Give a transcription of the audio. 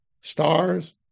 stars